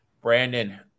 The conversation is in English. Brandon